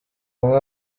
hamwe